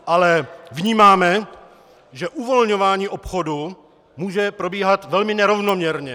Ale vnímáme, že uvolňování obchodu může probíhat velmi nerovnoměrně.